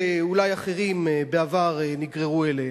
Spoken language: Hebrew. שאולי אחרים בעבר נגררו אליהם.